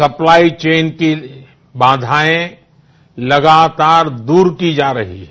supply chain की बाघाएं लगातार दूर की जा रही हैं